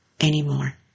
anymore